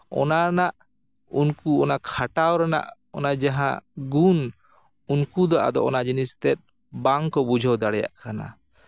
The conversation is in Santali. ᱚᱱᱟ ᱨᱮᱱᱟᱜ ᱩᱱᱠᱩ ᱚᱱᱟ ᱠᱷᱟᱴᱟᱣ ᱨᱮᱱᱟᱜ ᱚᱱᱟ ᱡᱟᱦᱟᱸ ᱜᱩᱱ ᱩᱱᱠᱩ ᱫᱚ ᱟᱫᱚ ᱚᱱᱟ ᱡᱤᱱᱤᱥ ᱛᱮᱜ ᱵᱟᱝᱠᱚ ᱵᱩᱡᱷᱟᱹᱣ ᱫᱟᱲᱮᱭᱟᱜ ᱠᱟᱱᱟ